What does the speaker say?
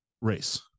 race